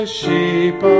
sheep